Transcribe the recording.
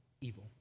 evil